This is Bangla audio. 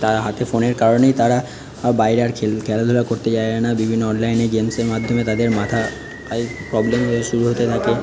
তারা হাতে ফোনের কারণেই তারা বাইরে আর খেলাধুলা করতে যায় না বিভিন্ন অনলাইনে গেমসের মাধ্যমে তাদের মাথার প্রবলেম শুরু হতে থাকে